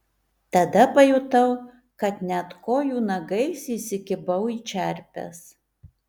tada pajutau kad net kojų nagais įsikibau į čerpes